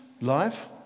life